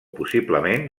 possiblement